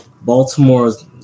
Baltimore's